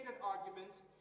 arguments